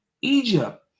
Egypt